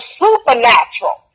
supernatural